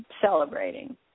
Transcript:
celebrating